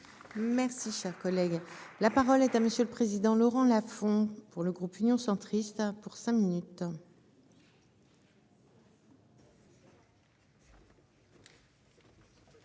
Merci cher collègue. La parole est à monsieur le président Laurent Lafon pour le groupe Union centriste a pour cinq minutes.